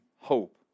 hope